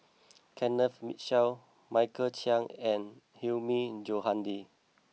Kenneth Mitchell Michael Chiang and Hilmi Johandi